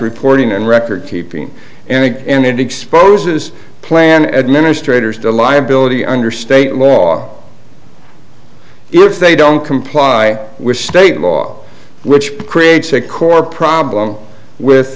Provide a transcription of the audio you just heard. reporting and record keeping and it exposes plan administrators to liability under state law if they don't comply with state law which creates a core problem with